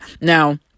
Now